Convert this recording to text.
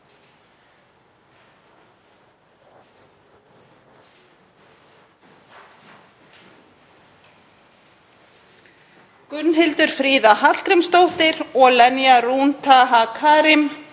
Gunnhildur Fríða Hallgrímsdóttir og Lenya Rún Taha Karim